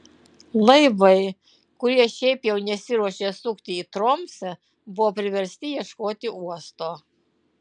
laivai kurie šiaip jau nesiruošė sukti į tromsę buvo priversti ieškoti uosto